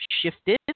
shifted